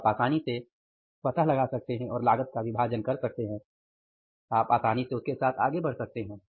तो आप आसानी से पता लगा सकते हैं और लागत का विभाजन कर सकते हैं और आप आसानी से उसके साथ आगे बढ़ सकते हैं